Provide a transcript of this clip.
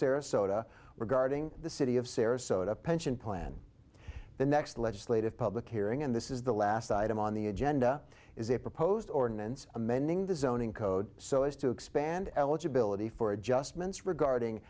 sarasota regarding the city of sarasota pension plan the next legislative public hearing and this is the last item on the agenda is a proposed ordinance amending the zoning code so as to expand eligibility for adjustments regarding